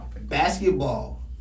basketball